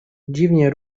dziwnie